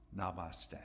Namaste